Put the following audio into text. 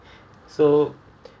so